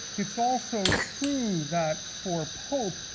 it's also true that, for pope,